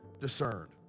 discerned